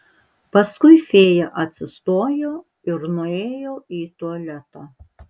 paskui fėja atsistojo ir nuėjo į tualetą